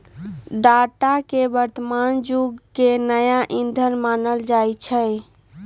data के वर्तमान जुग के नया ईंधन मानल जाई छै